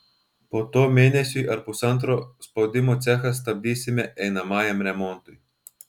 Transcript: po to mėnesiui ar pusantro spaudimo cechą stabdysime einamajam remontui